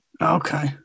okay